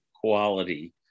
quality